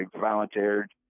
volunteered